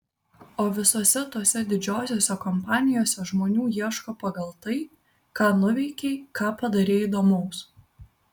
o visose tose didžiosiose kompanijose žmonių ieško pagal tai ką nuveikei ką padarei įdomaus